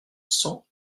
cent